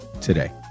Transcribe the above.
today